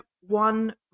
one